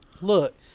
look